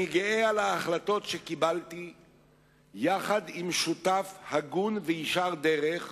אני גאה על ההחלטות שקיבלתי יחד עם שותף הגון וישר דרך,